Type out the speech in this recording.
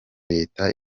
leta